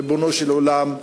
ריבונו של עולם,